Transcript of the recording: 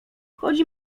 chodzi